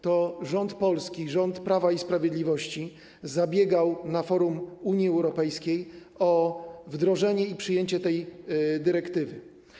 To rząd polski, rząd Prawa i Sprawiedliwości zabiegał na forum Unii Europejskiej o wdrożenie i przyjęcie tej dyrektywy.